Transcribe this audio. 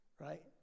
right